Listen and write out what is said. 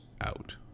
out